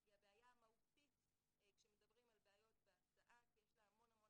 היא הבעיה המהותית כשמדברים על בעיות בהסעה כי יש לה המון השלכות,